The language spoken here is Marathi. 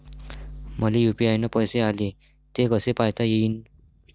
मले यू.पी.आय न पैसे आले, ते कसे पायता येईन?